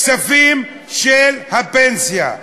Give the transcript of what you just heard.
הכספים של הפנסיה,